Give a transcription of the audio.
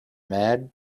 mad